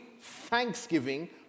thanksgiving